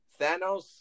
Thanos